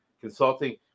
Consulting